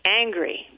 angry